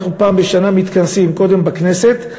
אנחנו פעם בשנה מתכנסים קודם בכנסת,